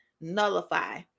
nullify